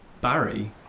Barry